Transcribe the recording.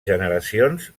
generacions